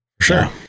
Sure